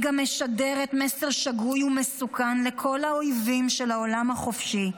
היא גם משדרת מסר שגוי ומסוכן לכל האויבים של העולם החופשי.